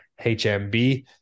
hmb